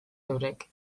eurek